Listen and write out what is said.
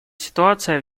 ситуация